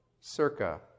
circa